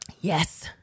Yes